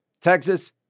Texas